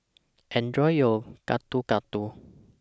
Enjoy your Gado Gado